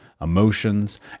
emotions